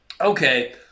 okay